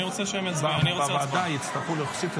אני מזמין את חבר הכנסת יבגני סובה להציג את